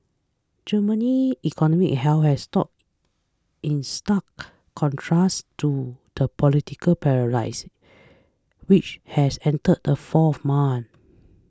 Germany's economic health has stood in stark contrast to the political paralysis which has entered a fourth month